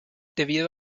debido